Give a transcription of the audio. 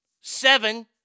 seven